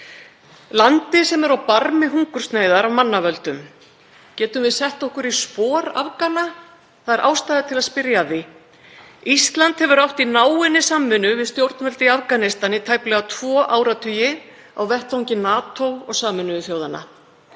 landi sem er á barmi hungursneyðar af manna völdum. Getum við sett okkur í spor Afgana? Það er ástæða til að spyrja að því. Ísland hefur átt í náinni samvinnu við stjórnvöld í Afganistan í tæplega tvo áratugi á vettvangi NATO og Sameinuðu þjóðanna.